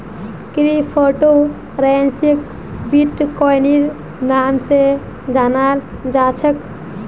crypto करन्सीक बिट्कोइनेर नाम स जानाल जा छेक